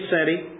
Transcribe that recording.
city